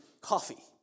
coffee